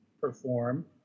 perform